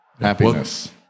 happiness